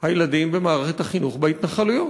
הילדים במערכת החינוך בהתנחלויות.